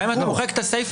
גם אם אתה מוחק את הסיפא,